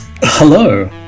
Hello